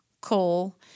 coal